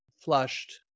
flushed